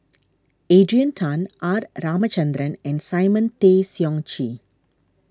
Adrian Tan R Ramachandran and Simon Tay Seong Chee